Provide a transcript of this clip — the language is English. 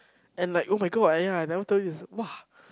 and like [oh]-my-god and ya I never tell you !wah!